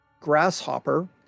grasshopper